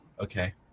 okay